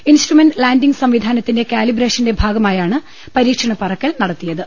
instrument landing സംവിധാനത്തിന്റെ കാലിബ്രേഷന്റെ ഭാഗമാ യാണ് പരീക്ഷണ പറക്കൽ നടത്തിയത്